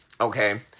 Okay